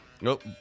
Nope